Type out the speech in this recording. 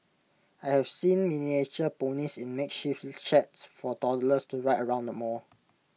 I've seen miniature ponies in makeshift sheds for toddlers to ride around mall